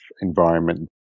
environment